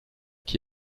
qui